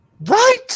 Right